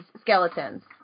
skeletons